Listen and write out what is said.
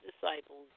Disciples